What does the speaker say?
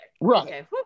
Right